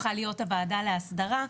הפכה להיות הוועדה להסדרה.